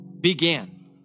began